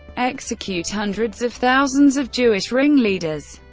execute hundreds of thousands of jewish ringleaders.